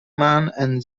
man